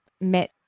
met